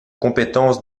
compétence